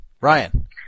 Ryan